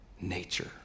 nature